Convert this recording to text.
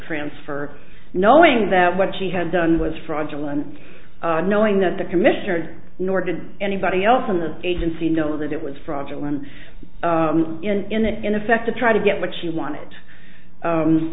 transfer knowing that what she had done was fraudulent knowing that the commissioner nor did anybody else in the agency know that it was fraudulent in that in effect to try to get what she wanted